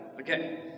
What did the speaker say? okay